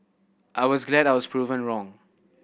I was glad I was proven wrong